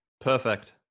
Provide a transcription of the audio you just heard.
perfect